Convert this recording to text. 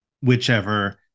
whichever